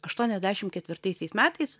aštuoniasdešim ketvirtaisiais metais